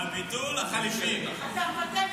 אדוני